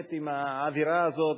להתעמת עם האווירה הזאת,